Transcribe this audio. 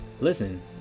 Listen